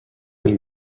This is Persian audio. این